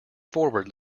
forward